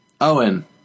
Owen